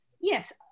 Yes